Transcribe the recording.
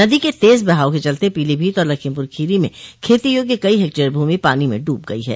नदी के तेज बहाव के चलते पीलीभीत और लखीमपुर खीरी में खेती योग्य कई हेक्टेयर भूमि पानी में डूब गयी है